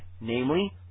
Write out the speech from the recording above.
namely